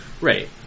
Right